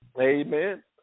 amen